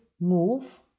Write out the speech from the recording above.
move